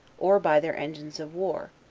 or by their engines of war,